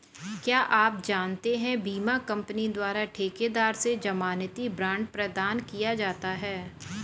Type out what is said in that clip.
क्या आप जानते है बीमा कंपनी द्वारा ठेकेदार से ज़मानती बॉण्ड प्रदान किया जाता है?